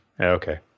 okay